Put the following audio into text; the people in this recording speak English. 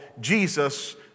Jesus